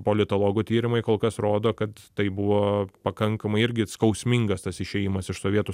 politologų tyrimai kol kas rodo kad tai buvo pakankamai irgi skausmingas tas išėjimas iš sovietų